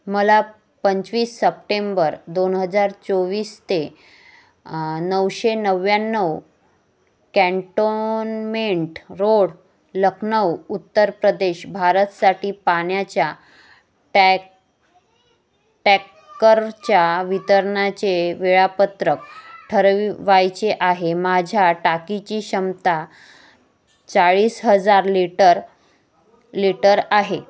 मला पंचवीस सप्टेंबर दोन हजार चोवीस ते नऊशे नव्याण्णव कॅनटोनमेंट रोड लखनऊ उत्तर प्रदेश भारतसाठी पाण्याच्या टॅक् टॅक्करच्या वितरणाचे वेळापत्रक ठरवायचे आहे माझ्या टाकीची क्षमता चाळीस हजार लिटर लिटर आहे